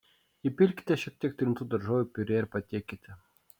įpilkite šiek tiek trintų daržovių piurė ir patiekite